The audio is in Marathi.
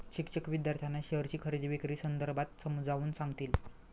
शिक्षक विद्यार्थ्यांना शेअरची खरेदी विक्री संदर्भात समजावून सांगतील